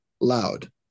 loud